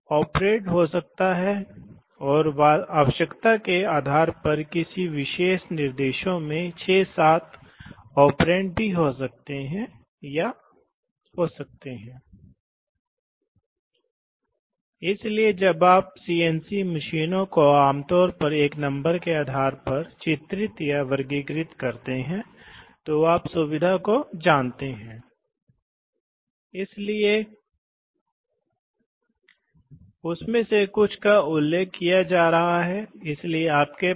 तो फिर इसलिए सिस्टम को निकास से जोड़ा जाएगा यदि इसे हटा दिया जाता है इसी तरह यदि इसे हटा दिया जाता है तो क्या होगा कि सिस्टम सीधे निकास से जुड़ा होगा यह निकास है इसलिए यदि कोई हो इनमें से एक इनपुट को बंद कर दिया जाता है फिर सिस्टम को एग्जॉस्ट से कनेक्ट किया जा सकता है भले ही दोनों को ऑफ कर लिया जाए लेकिन यह अभी भी एग्जॉस्ट से जुड़ा हुआ है इसलिए यह AND लॉजिक है